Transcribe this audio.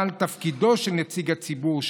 אבל תפקידו של נציג הציבור,